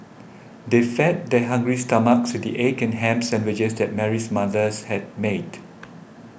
they fed their hungry stomachs with the egg and ham sandwiches that Mary's mothers had made